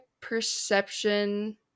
perception